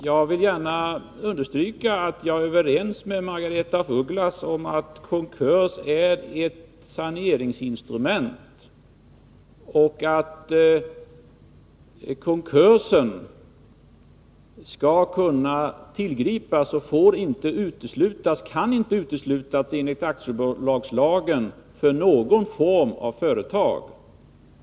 Jag vill gärna understryka att jag är överens med Margaretha af Ugglas om att konkurs är ett saneringsinstrument och att konkurs inte får, och enligt aktiebolagslagen inte kan, uteslutas vid någon form av företag.